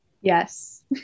Yes